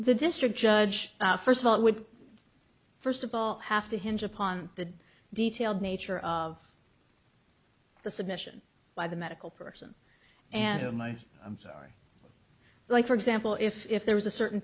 the district judge first of all it would first of all have to hinge upon the detailed nature of the submission by the medical person and oh my i'm sorry like for example if if there was a certain